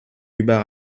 über